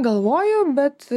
galvojau bet